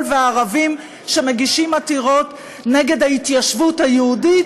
והערבים שמגישים עתירות נגד ההתיישבות היהודית.